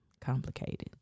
complicated